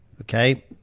Okay